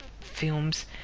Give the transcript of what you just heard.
films